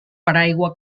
paraigua